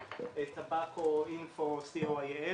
tobaccoinfo.co.il,